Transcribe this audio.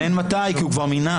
אבל אין מתי כי הוא כבר מינה.